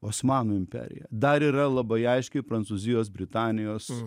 osmanų imperija dar yra labai aiškiai prancūzijos britanijos